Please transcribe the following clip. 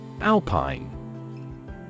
Alpine